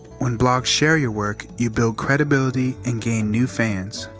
when blogs share your work, you build credibility, and gain new fans.